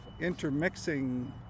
intermixing